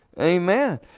Amen